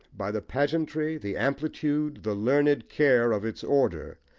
by the pageantry, the amplitude, the learned care, of its order,